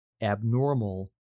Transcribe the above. abnormal